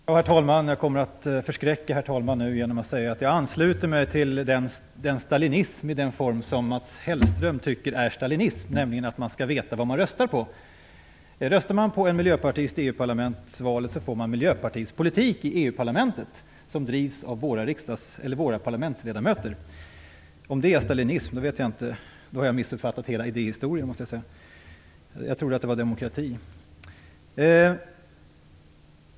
Herr talman! Jag kommer att förskräcka herr talman nu genom att säga att jag ansluter till det som Mats Hellström tycker är stalinism, nämligen att man skall veta vad man röstar på. Röstar man på en miljöpartist i valet till EU-parlamentet får man Miljöpartiets politik i EU-parlamentet där den drivs av våra parlamentsledamöter. Om det är stalinism har jag missuppfattat hela idéhistorien. Jag trodde att det var demokrati.